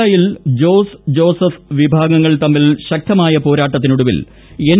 പാലായിൽ ജോസ് ജോസഫ് വിഭാഗങ്ങൾ തമ്മിൽ ശക്തമായ പോരാട്ടത്തിന് ഒടുവിൽ എൻ